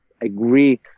agree